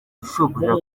ushobora